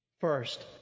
first